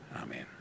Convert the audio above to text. Amen